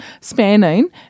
spanning